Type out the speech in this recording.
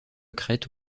crête